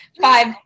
five